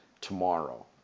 tomorrow